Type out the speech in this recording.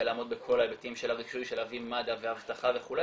לעמוד בכל ההיבטים של הרישוי של להביא מד"א ואבטחה וכולי,